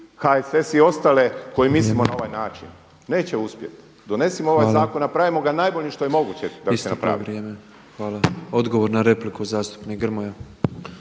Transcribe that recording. HSS i ostale koji mislimo na ovaj način. Neće uspjeti. Donesimo ovaj zakon, napravimo ga najboljim što je moguće da se napravi. **Petrov, Božo (MOST)** …/Upadica